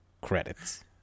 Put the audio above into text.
Credits